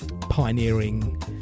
pioneering